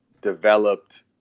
developed